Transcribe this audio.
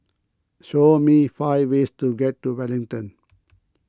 show me five ways to get to Wellington